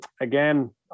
Again